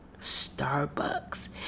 Starbucks